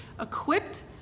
equipped